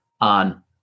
on